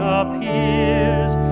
appears